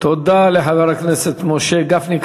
תודה לחבר הכנסת משה גפני.